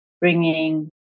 bringing